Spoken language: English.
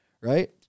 right